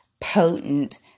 potent